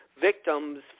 victims